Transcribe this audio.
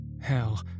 Hell